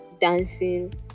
dancing